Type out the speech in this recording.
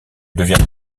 devient